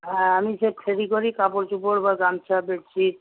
হ্যাঁ আমি যে এদিক ওদিক কাপড়চোপড় বা গামছা বেচি